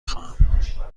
خواهم